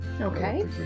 Okay